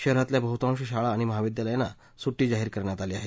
शहरातल्या बहुतांश शाळा आणि महाविद्यालयांना सुट्टी जाहीर करण्यात आली आहे